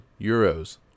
euros